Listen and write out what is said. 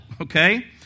Okay